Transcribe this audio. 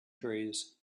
trees